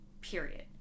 period